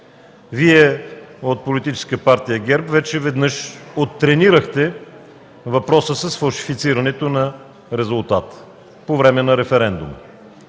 Вие от Политическа партия ГЕРБ вече веднъж оттренирахте въпроса с фалшифицирането на резултата по време на референдума.